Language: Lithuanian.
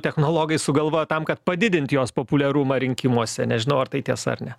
technologai sugalvojo tam kad padidint jos populiarumą rinkimuose nežinau ar tai tiesa ar ne